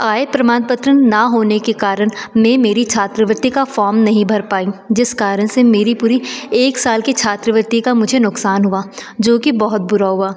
आय प्रमाणपत्र न होने के कारण में मेरी छात्रवृति का फ़ौम नहीं भर पाई जिस कारण से मेरी पूरी एक साल की छात्रवृति का मुझे नुकसान हुआ जो कि बहुत बुरा हुआ